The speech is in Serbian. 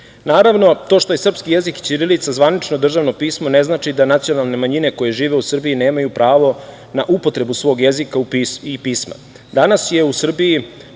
pismo. Naravno, to što je srpski jezik i ćirilica zvanično državno pismo ne znači da nacionalne manjine koje žive u Srbiji nemaju pravo na upotrebu svog jezika i pisma. Danas je u Srbiji